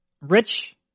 Rich